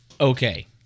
Okay